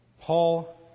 Paul